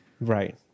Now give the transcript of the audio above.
Right